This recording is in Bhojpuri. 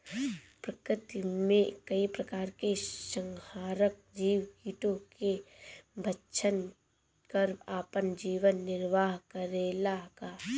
प्रकृति मे कई प्रकार के संहारक जीव कीटो के भक्षन कर आपन जीवन निरवाह करेला का?